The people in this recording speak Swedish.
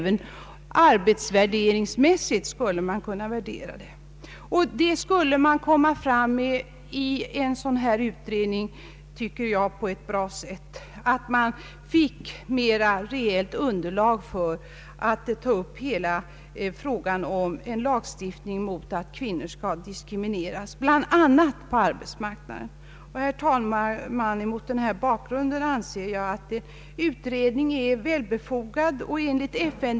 En arbetsvärdering skulle kunna komma fram genom en sådan här utredning, så att vi fick mera reellt underlag för en diskussion om lagstiftning mot diskriminering av kvinnor, bl.a. på arbetsmarknaden. Herr talman! Mot den här bakgrunden anser jag att en utredning är väl befogad.